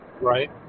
Right